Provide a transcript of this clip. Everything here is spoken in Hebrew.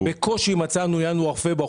בקושי מצאנו בינואר-פברואר,